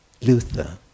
Luther